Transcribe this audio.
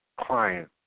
client